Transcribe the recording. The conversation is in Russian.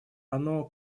оно